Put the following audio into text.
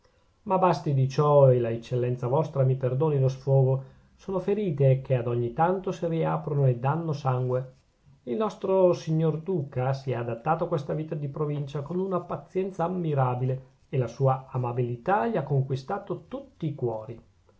ma basti di ciò e la eccellenza vostra mi perdoni lo sfogo sono ferite che ad ogni tanto si riaprono e dànno sangue il nostro signor duca si è adattato a questa vita di provincia con una pazienza ammirabile e la sua amabilità gli ha conquistato tutti i cuori